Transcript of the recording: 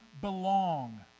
belong